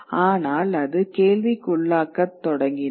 ஆனால் அது கேள்விக்குள்ளாக்கத் தொடங்கினர்